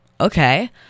okay